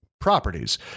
properties